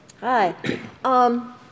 Hi